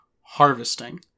harvesting